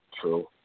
True